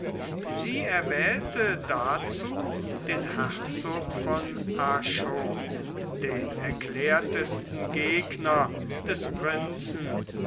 sie erwählte dazu den herzog von arschot den erklärtesten gegner des prinzen